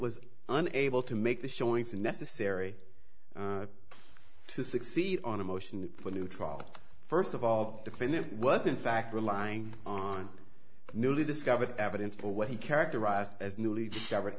was unable to make the showing so necessary to succeed on a motion for new trial first of all defendant was in fact relying on newly discovered evidence for what he characterized as newly discovered